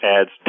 adds